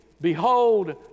Behold